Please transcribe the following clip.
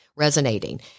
Resonating